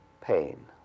pain